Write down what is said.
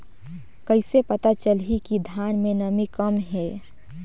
कइसे पता चलही कि धान मे नमी कम हे?